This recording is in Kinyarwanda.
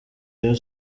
rayon